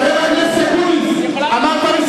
חבר הכנסת אקוניס,